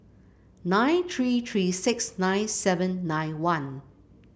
nine three three six nine seven nine one